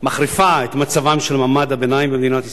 מחריפה את מצבו של מעמד הביניים במדינת ישראל,